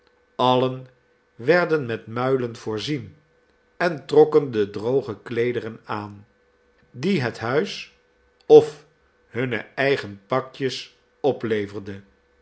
allen werden met muilen voorzien en trokken de droge kleederen aan die het huis of hunne eigen pakjes opleverde